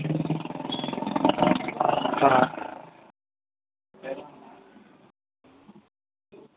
आं